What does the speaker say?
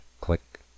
click